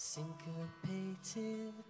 Syncopated